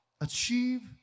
Achieve